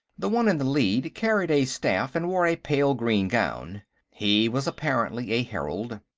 the one in the lead carried a staff and wore a pale green gown he was apparently a herald.